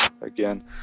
again